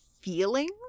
feelings